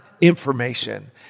information